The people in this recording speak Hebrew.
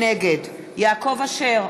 נגד יעקב אשר,